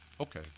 Okay